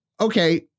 okay